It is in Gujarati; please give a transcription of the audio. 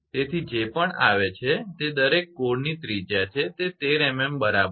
તેથી તે જે પણ આવે છે તે દરેક કોરની ત્રિજ્યા છે તે 13 mm બરાબર છે